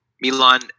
Milan